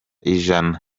ijana